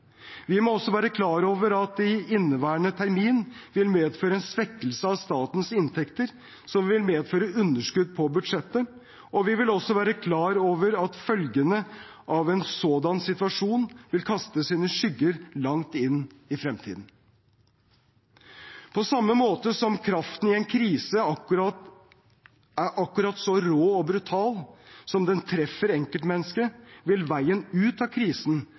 Vi må også være klar over at det i inneværende termin vil medføre en svekkelse av statens inntekter, som vil medføre et underskudd på budgettet, og vi vil også være klar over at følgene av en sådan situasjon vil kaste sine skygger langt inn i fremtiden På samme måte som kraften i en krise er akkurat så rå og brutal som den treffer enkeltmennesket, vil veien ut av krisen